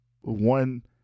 one